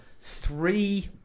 Three